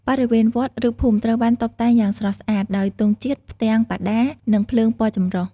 បរិវេណវត្ត ឬភូមិត្រូវបានតុបតែងយ៉ាងស្រស់ស្អាតដោយទង់ជាតិ ផ្ទាំងបដា និងភ្លើងពណ៌ចម្រុះ។